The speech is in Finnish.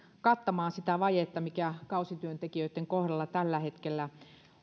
kattamaan sitä vajetta mikä kausityöntekijöitten kohdalla tällä hetkellä